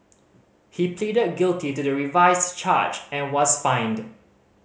he pleaded guilty to the revised charge and was fined